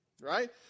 right